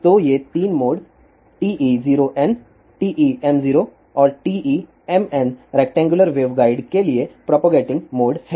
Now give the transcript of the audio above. तो ये 3 mode TE0n TEm0 और TEmn रेक्टेंगुलर वेवगाइड के लिए प्रोपगेटिंग मोड हैं